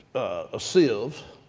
a sieve.